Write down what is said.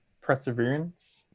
perseverance